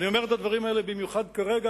אני אומר את הדברים האלה במיוחד כרגע,